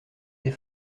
des